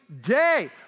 day